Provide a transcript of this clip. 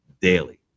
daily